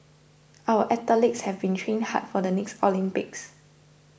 our athletes have been training hard for the next Olympics